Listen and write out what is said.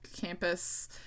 campus